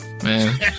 Man